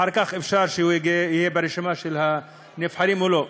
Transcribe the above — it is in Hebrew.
אחר כך אפשר שהוא יהיה ברשימה של הנבחרים או לא.